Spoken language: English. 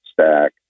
stack